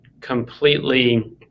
completely